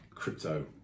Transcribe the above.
crypto